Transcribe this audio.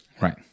Right